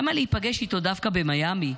למה להיפגש איתו דווקא במיאמי,